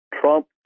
Trump